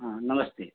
हाँ नमस्ते